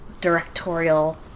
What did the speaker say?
directorial